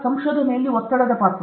ಸಂಶೋಧನೆಯಲ್ಲಿ ಒತ್ತಡದ ಪಾತ್ರ